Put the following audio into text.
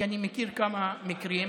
כי אני מכיר כמה מקרים,